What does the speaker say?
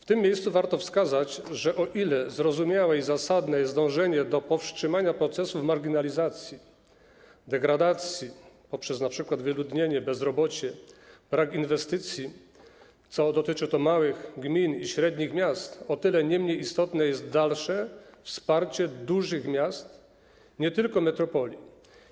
W tym miejscu warto wskazać, że o ile zrozumiałe i zasadne jest dążenie do powstrzymania procesów marginalizacji, degradacji poprzez np. wyludnienie, bezrobocie, brak inwestycji, co dotyczy małych gmin i średnich miast, o tyle niemniej istotne jest dalsze wsparcie dużych miast, nie tylko metropolii.